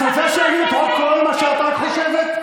את רוצה שאני, כל מה שאת רק חושבת?